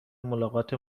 ملاقات